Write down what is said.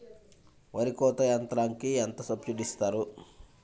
వరి కోత యంత్రంకి ఎంత సబ్సిడీ ఇస్తారు?